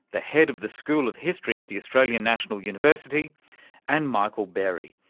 the head of the school of history at the australian national university and michael berry,